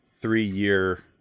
three-year